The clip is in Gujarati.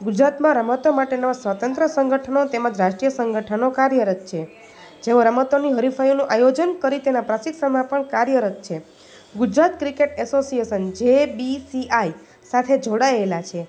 ગુજરાતમાં રમતો માટેના સ્વતંત્ર સંગઠનો તેમજ રાષ્ટ્રીય સંગઠનો કાર્યરત છે જેમાં રમતોની હરીફાઈઓનું આયોજન કરી તેના પ્રસિત સમર્પણ કાર્યરત છે ગુજરાત ક્રિકેટ એસોસીએસન જે બીસીઆઈ સાથે જોડાયેલા છે